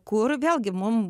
kur vėlgi mum